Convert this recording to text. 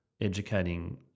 educating